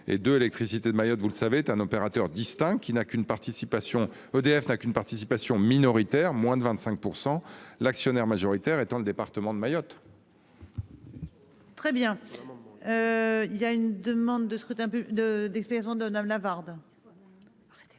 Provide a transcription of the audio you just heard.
et de Électricité de Mayotte, vous le savez est un opérateur distinct, qui n'a qu'une participation, EDF n'a qu'une participation minoritaire, moins de 25%, l'actionnaire majoritaire étant le département de Mayotte. Très bien. Il y a une demande de scrutin peu de